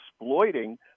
exploiting